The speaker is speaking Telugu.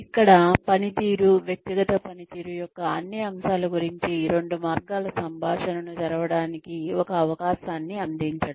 ఇక్కడ పనితీరు వ్యక్తిగత పనితీరు యొక్క అన్ని అంశాల గురించి రెండు మార్గాల సంభాషణను తెరవడానికి ఒక అవకాశాన్ని అందించడం